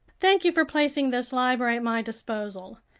thank you for placing this library at my disposal.